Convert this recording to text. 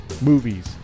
movies